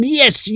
yes